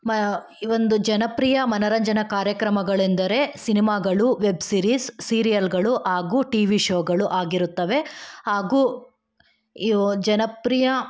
ಈ ಒಂದು ಜನಪ್ರಿಯ ಮನೋರಂಜನಾ ಕಾರ್ಯಕ್ರಮಗಳೆಂದರೆ ಸಿನಿಮಾಗಳು ವೆಬ್ ಸೀರೀಸ್ ಸೀರಿಯಲ್ಗಳು ಹಾಗು ಟಿ ವಿ ಶೋಗಳು ಆಗಿರುತ್ತವೆ ಹಾಗು ಇವು ಜನಪ್ರಿಯ